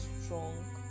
strong